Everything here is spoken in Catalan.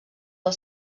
del